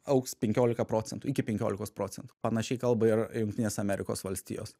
augs penkiolika procentų iki penkiolikos procentų panašiai kalba ir jungtinės amerikos valstijos